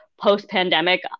post-pandemic